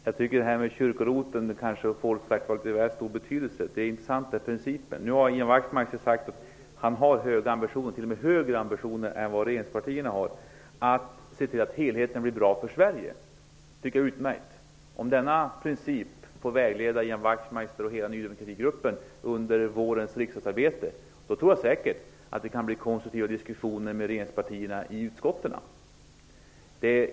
Fru talman! Jag tycker att frågan om kyrko-ROT har fått litet väl stor betydelse. Det är principen som är intressant. Nu har Ian Wachtmeister sagt att han har t.o.m. högre ambitioner än vad regeringspartierna har att se till att helheten blir bra för Sverige. Jag tycker att det är utmärkt. Om denna princip får vägleda Ian Wachtmeister och hela Ny demokrati-gruppen under vårens riksdagsarbete, tror jag säkert att det kan bli konstruktiva diskussioner med regeringspartierna i utskotten.